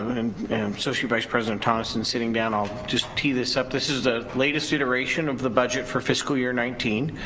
and associate vice president tonnison sitting down, i'll just tee this up, this is the latest iteration of the budget for fiscal year nineteen,